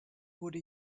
wurde